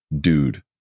dude